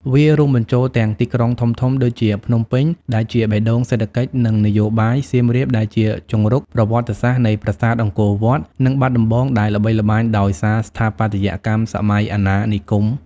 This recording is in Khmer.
វារួមបញ្ចូលទាំង ទីក្រុងធំៗ ដូចជាភ្នំពេញ ដែលជាបេះដូងសេដ្ឋកិច្ចនិងនយោបាយ សៀមរាបដែលជាជង្រុកប្រវត្តិសាស្ត្រនៃប្រាសាទអង្គរវត្ត និងបាត់ដំបង ដែលល្បីល្បាញដោយសារស្ថាបត្យកម្មសម័យអាណានិគម។